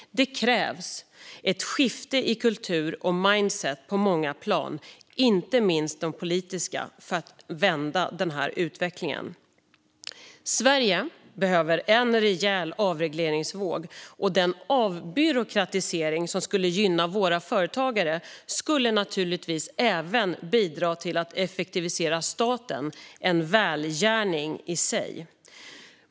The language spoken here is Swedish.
Det krävs ett skifte i kultur och mindset på många plan, inte minst de politiska, för att vända utvecklingen. Sverige behöver en rejäl avregleringsvåg. En avbyråkratisering som skulle gynna våra företagare skulle naturligtvis även bidra till att effektivisera staten, en välgärning i sig.